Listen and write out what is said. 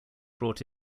brought